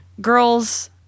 girls